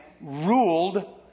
ruled